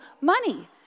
money